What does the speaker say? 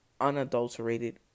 unadulterated